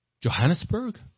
Johannesburg